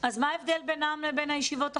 מה ההבדל בינן לבין הישיבות החרדיות?